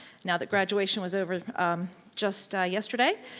now that graduation was over just ah yesterday.